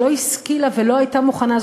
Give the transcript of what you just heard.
שלא השכילה ולא הייתה מוכנה,